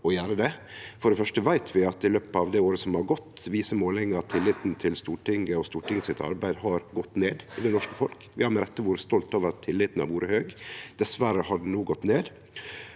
For det første veit vi at i løpet av året som har gått, viser målingar at tilliten til Stortinget og Stortingets arbeid har gått ned hjå det norske folk. Vi har med rette vore stolte av at tilliten har vore høg. Diverre har han no gått ned.